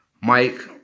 Mike